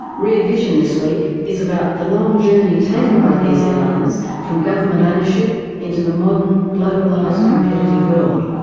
rear vision this week is about the long journey taken by these airlines from government ownership into the modern, globalised competitive world,